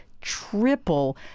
triple